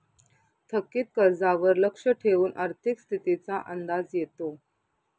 थकीत कर्जावर लक्ष ठेवून आर्थिक स्थितीचा अंदाज येतो